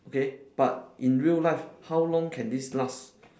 okay but in real life how long can this last